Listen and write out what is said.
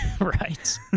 Right